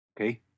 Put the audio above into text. Okay